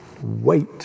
Wait